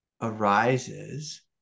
arises